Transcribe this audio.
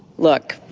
look,